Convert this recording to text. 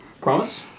Promise